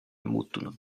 muutunud